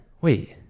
Wait